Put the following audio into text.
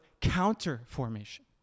counter-formation